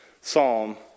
psalm